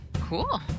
cool